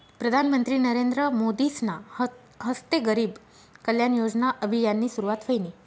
प्रधानमंत्री नरेंद्र मोदीसना हस्ते गरीब कल्याण योजना अभियाननी सुरुवात व्हयनी